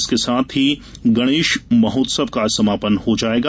इसके साथ ही गणेश महोत्सव का आज समापन हो जायेगा